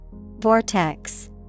Vortex